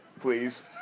please